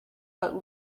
but